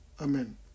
Amen